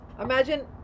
Imagine